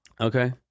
okay